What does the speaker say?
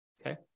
Okay